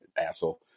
Asshole